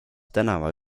tänava